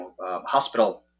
hospital